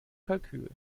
kalkül